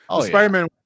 spider-man